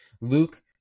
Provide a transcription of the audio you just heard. Luke